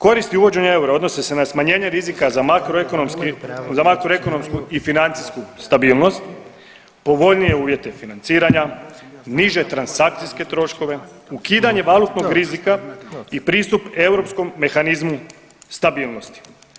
Koristi uvođenja eura odnose se na smanjenje rizika za makroekonomsku i financijsku stabilnost, povoljnije uvjete financiranja, niže transakcijske troškove, ukidanje valutnog rizika i pristup europskom mehanizmu stabilnosti.